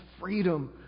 freedom